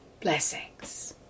Blessings